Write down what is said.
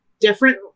different